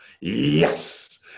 Yes